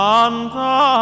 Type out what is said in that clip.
Santa